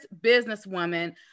businesswoman